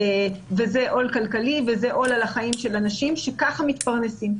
וזה עול כלכלי וזה עול על החיים של אנשים שככה מתפרנסים.